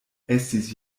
estis